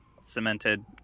cemented